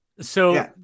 so-